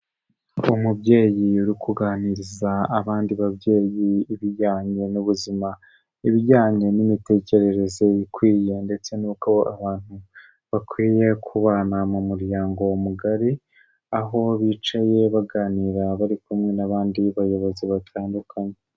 Umubyeyi uri kuganiriza abandi babyeyi ibijyanye n'ubuzima, ibijyanye n'imitekerereze, ibikwiye ndetse n'uko abantu bakwiye kubana mu muryango mugari, aho bicaye baganira bari kumwe n'abandi bayobozi batandukanye.